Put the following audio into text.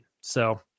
So-